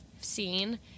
seen